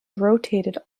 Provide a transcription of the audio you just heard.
rotated